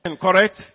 correct